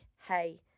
hey